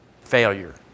failure